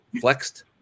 flexed